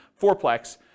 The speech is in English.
fourplex